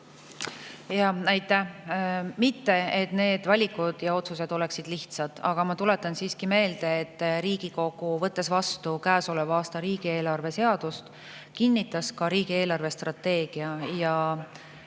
on. Aitäh! Mitte et need valikud ja otsused oleksid lihtsad, aga ma tuletan siiski meelde, et Riigikogu, võttes vastu käesoleva aasta riigieelarve seaduse, kinnitas ka riigi eelarvestrateegia ja